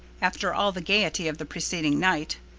after all the gaiety of the preceding night.